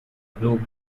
blue